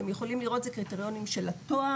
אתם יכולים לראות זה קריטריונים של התואר,